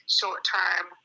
short-term